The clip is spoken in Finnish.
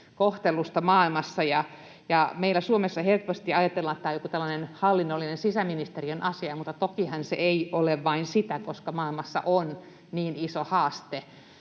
kohtelusta maailmassa. Meillä Suomessa helposti ajatellaan, että tämä on joku tällainen hallinnollinen sisäministeriön asia, mutta tokihan se ei ole vain sitä, koska maailmassa on niin iso haaste